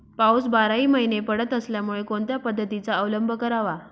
पाऊस बाराही महिने पडत असल्यामुळे कोणत्या पद्धतीचा अवलंब करावा?